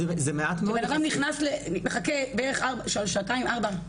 בן-אדם מחכה שנתיים, ארבע שעות.